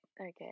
okay